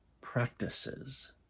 practices